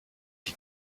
die